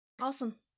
awesome